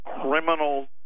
criminal